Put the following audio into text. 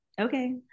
Okay